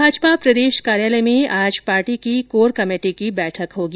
भाजपा प्रदेश कार्यालय में आज पार्टी की कोर कमेटी की बैठक होगी